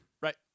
Right